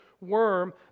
worm